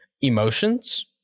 emotions